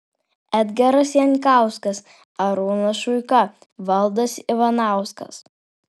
edgaras jankauskas arūnas šuika valdas ivanauskas